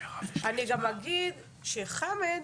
אני גם אגיד שחמד